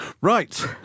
Right